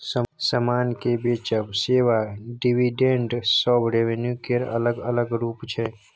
समान केँ बेचब, सेबा, डिविडेंड सब रेवेन्यू केर अलग अलग रुप छै